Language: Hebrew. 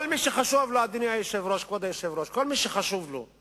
כל מי שחשוב לו,